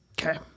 Okay